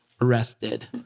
arrested